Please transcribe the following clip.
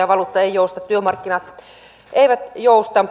valuutta ei jousta työmarkkinat eivät jousta